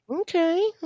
Okay